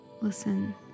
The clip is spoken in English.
listen